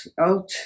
out